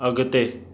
अॻिते